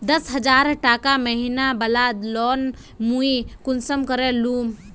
दस हजार टका महीना बला लोन मुई कुंसम करे लूम?